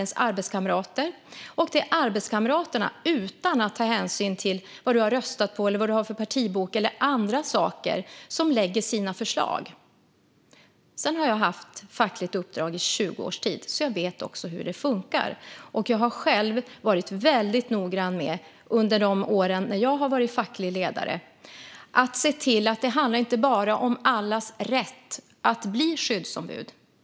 Det är arbetskamraterna som lägger fram sina förslag utan att ta hänsyn till vad någon har röstat på eller vad någon har för partibok eller andra saker. Jag har haft fackligt uppdrag i 20 års tid, så jag vet också hur det funkar. Jag har själv varit väldigt noggrann med, under de år jag har varit facklig ledare, att se till att det inte bara handlar om allas rätt att bli skyddsombud.